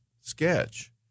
sketch